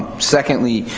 secondly,